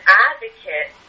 advocate